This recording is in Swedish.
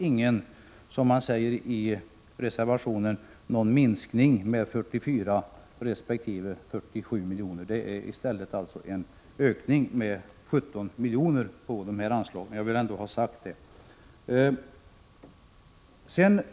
Där kan man se att det inte blir någon minskning med 44 resp. 47 miljoner, som det talas om i reservationen. Det är i stället fråga om en ökning av anslagen med 17 milj.kr.